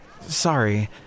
Sorry